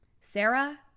Sarah